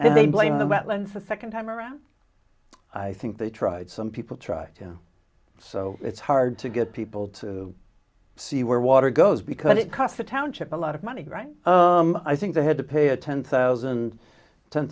and they blame the wetlands a second time around i think they tried some people try so it's hard to get people to see where water goes because it costs a township a lot of money right i think they had to pay a ten thousand ten